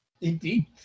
Indeed